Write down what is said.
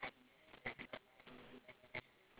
that's so awkward eh